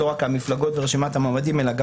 לא רק על מפלגות ורשימת המועמדים אלא גם